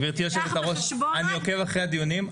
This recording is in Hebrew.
גברתי היושבת-ראש, אני עוקב אחרי הדיונים.